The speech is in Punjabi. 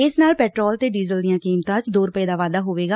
ਇਸ ਨਾਲ ਪੈਟਰੋਲ ਤੇ ਡੀਜ਼ਲ ਦੀਆਂ ਕੀਮਤਾਂ ਚ ਦੋ ਰੁਪੈ ਦਾ ਵਾਧਾ ਹੋਵੇਗਾ